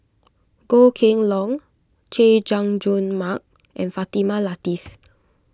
Goh Kheng Long Chay Jung Jun Mark and Fatimah Lateef